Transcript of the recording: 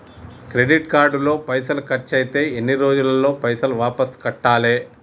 Credit card లో పైసల్ ఖర్చయితే ఎన్ని రోజులల్ల పైసల్ వాపస్ కట్టాలే?